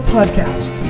Podcast